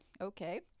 okay